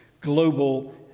global